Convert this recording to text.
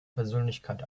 persönlichkeit